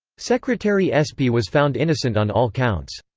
secretary espy was found innocent on all counts.